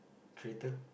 traitor